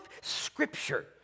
scripture